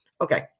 Okay